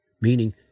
meaning